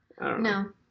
No